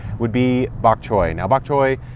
would be bok choy. now bok choy,